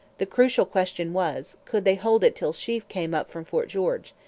the crucial question was could they hold it till sheaffe came up from fort george,